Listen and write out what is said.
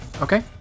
okay